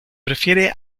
prefiere